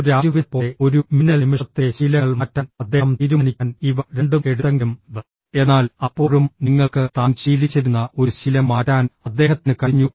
ഒരു രാജുവിനെപ്പോലെ ഒരു മിന്നൽ നിമിഷത്തിലെ ശീലങ്ങൾ മാറ്റാൻ അദ്ദേഹം തീരുമാനിക്കാൻ ഇവ രണ്ടും എടുത്തെങ്കിലും എന്നാൽ അപ്പോഴും നിങ്ങൾക്ക് താൻ ശീലിച്ചിരുന്ന ഒരു ശീലം മാറ്റാൻ അദ്ദേഹത്തിന് കഴിഞ്ഞു